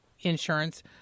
insurance